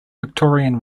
victorian